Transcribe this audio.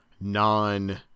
non